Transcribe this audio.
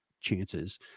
chances